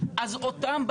אז אותם,